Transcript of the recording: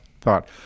thought